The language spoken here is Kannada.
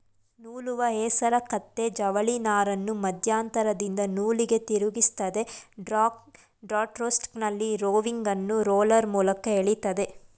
ನೂಲುವ ಹೇಸರಗತ್ತೆ ಜವಳಿನಾರನ್ನು ಮಧ್ಯಂತರದಿಂದ ನೂಲಿಗೆ ತಿರುಗಿಸ್ತದೆ ಡ್ರಾ ಸ್ಟ್ರೋಕ್ನಲ್ಲಿ ರೋವಿಂಗನ್ನು ರೋಲರ್ ಮೂಲಕ ಎಳಿತದೆ